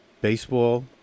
baseball